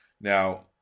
Now